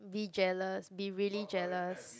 be jealous be really jealous